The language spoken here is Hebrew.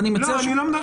לא,